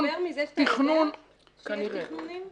אתה מדבר מזה שאתה יודע שיש תכנונים?